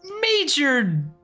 major